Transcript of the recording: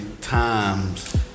times